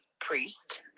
priest